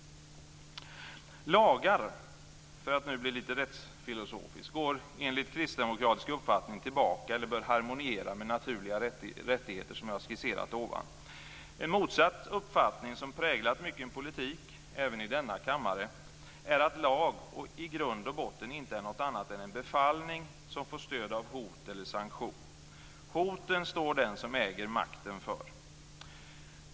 Lagar, för att nu bli lite rättsfilosofisk, går enligt kristdemokratisk uppfattning tillbaka på och bör harmoniera med naturliga rättigheter, såsom jag har skisserat ovan. En motsatt uppfattning som präglat mycken politik, även i denna kammare, är att lag i grund och botten inte är något annat än en befallning som får stöd av hot eller sanktion. Hoten står den som äger makten för.